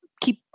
keep